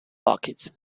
bucket